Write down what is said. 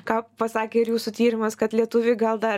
ką pasakė ir jūsų tyrimas kad lietuviai gal dar